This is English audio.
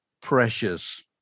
precious